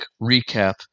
recap